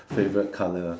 favourite colour